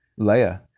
Leia